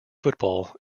football